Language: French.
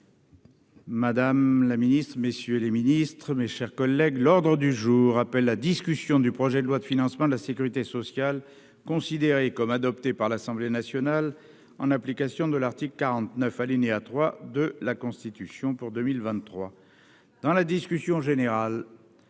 Madame la ministre, messieurs les ministres, mes chers collègues, l'ordre du jour appelle la discussion du projet de loi de financement de la Sécurité sociale, considéré comme adopté par l'Assemblée nationale, en application de l'article 49 alinéa 3 de la Constitution pour 2023 dans la discussion générale,